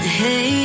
hey